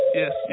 yes